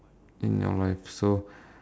in your life so